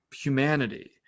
humanity